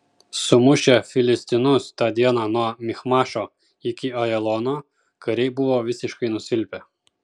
sumušę filistinus tą dieną nuo michmašo iki ajalono kariai buvo visiškai nusilpę